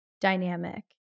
dynamic